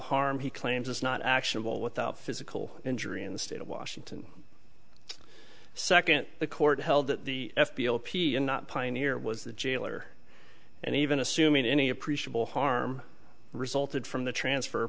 harm he claims is not actionable without physical injury in the state of washington second the court held that the f b o p and not pioneer was the jailer and even assuming any appreciable harm resulted from the transfer